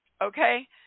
okay